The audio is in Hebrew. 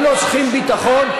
הם לא צריכים ביטחון?